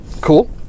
Cool